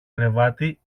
κρεβάτι